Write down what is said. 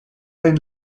then